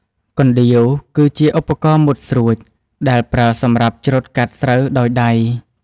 កណ្ដៀវគឺជាឧបករណ៍មុតស្រួចដែលប្រើសម្រាប់ច្រូតកាត់ស្រូវដោយដៃ។